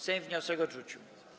Sejm wniosek odrzucił.